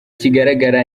kigaragara